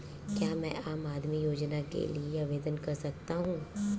क्या मैं आम आदमी योजना के लिए आवेदन कर सकता हूँ?